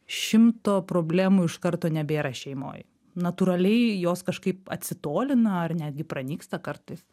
šimto problemų iš karto nebėra šeimoj natūraliai jos kažkaip atsitolina ar netgi pranyksta kartais